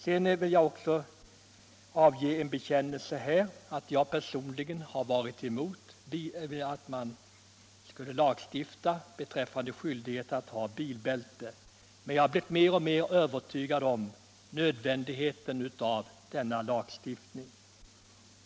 Sedan vill jag också avge en bekännelse. Jag har personligen varit emot lagstiftning om skyldighet att ha bilbälte. Men jag har blivit mer och mer övertygad om nödvändigheten av den lagstiftningen.